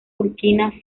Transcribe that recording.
burkina